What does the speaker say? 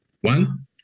one